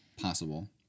possible